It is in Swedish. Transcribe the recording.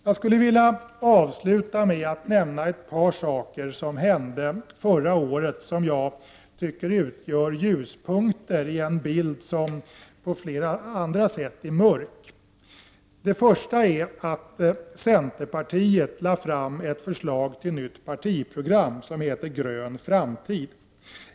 Jag skulle vilja avsluta med att nämna ett par saker som hände förra året och som enligt min mening utgör ljuspunkter i en bild som på flera andra sätt är mörk. Först vill jag nämna att centerpartiet har lagt fram ett förslag till nytt partiprogram, kallat Grön framtid.